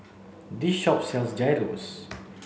this shop sells Gyros